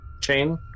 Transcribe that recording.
chain